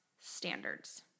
standards